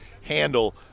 handle